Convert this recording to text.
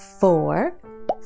four